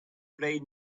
play